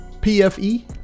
PFE